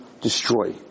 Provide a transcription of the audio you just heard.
destroy